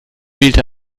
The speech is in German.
wählte